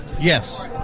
Yes